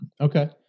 Okay